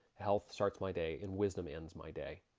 health starts my day and wisdom ends my day.